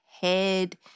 head